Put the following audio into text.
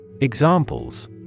Examples